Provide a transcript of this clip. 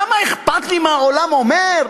למה אכפת לי מה העולם אומר?